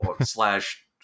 slash